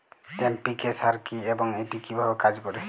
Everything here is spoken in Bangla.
এন.পি.কে সার কি এবং এটি কিভাবে কাজ করে?